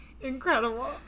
Incredible